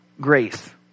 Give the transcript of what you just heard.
grace